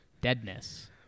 deadness